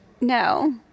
No